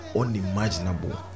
unimaginable